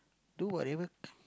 do whatever